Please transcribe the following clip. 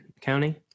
County